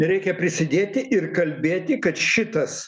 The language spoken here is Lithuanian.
reikia prisidėti ir kalbėti kad šitas